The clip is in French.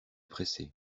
pressé